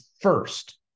first